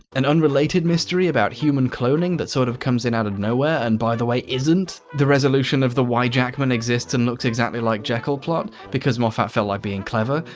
an unrelated mystery about human cloning that sort of comes in out of nowhere and, by the way, isn't the resolution of the why jackman exists and looks exactly like jekyll plot because moffat felt like being clever.